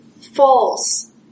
false